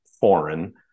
foreign